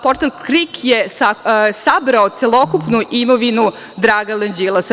Portal KRIK je sabrao celokupnu imovinu Dragana Đilasa.